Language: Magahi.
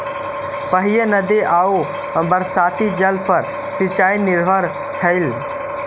पहिले नदी आउ बरसाती जल पर सिंचाई निर्भर हलई